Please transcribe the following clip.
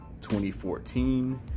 2014